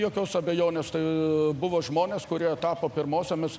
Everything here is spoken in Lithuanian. jokios abejonės tai buvo žmonės kurie tapo pirmosiomis